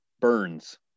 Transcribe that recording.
Burns